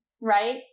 right